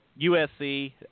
USC